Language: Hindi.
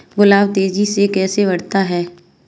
गुलाब तेजी से कैसे बढ़ता है?